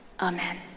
Amen